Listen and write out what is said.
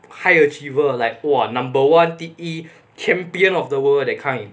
high achiever like !wah! number one 第一 champion of the world that kind